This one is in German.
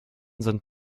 sind